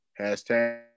Hashtag